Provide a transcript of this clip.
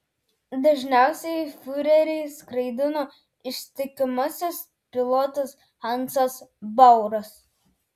dažniausiai fiurerį skraidino ištikimasis pilotas hansas bauras